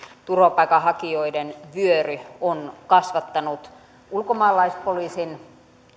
turvapaikanhakijoiden vyöry on kasvattanut ulkomaalaispoliisin